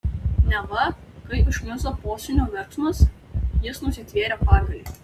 neva kai užkniso posūnio verksmas jis nusitvėrė pagalį